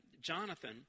Jonathan